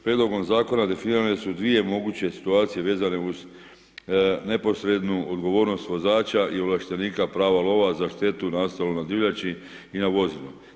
Prijedlogom zakona definirane su dvije moguće situacije vezane uz neposrednu odgovornost vozača i ovlaštenika prava lova za štetu nastalu na divljači i na vozilu.